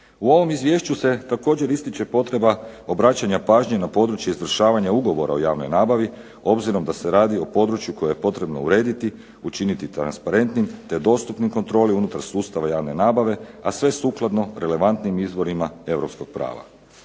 U ovom Izvješću se također ističe potreba obraćanja pažnje na područje izvršavanja Ugovora o javnoj nabavi obzirom da se radi o području koje je potrebno urediti, učiniti transparentnim te dostupnim kontroli unutar sustava javne nabave, a sve sukladno relevantnim izvorima europskog prava.